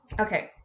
Okay